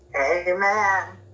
Amen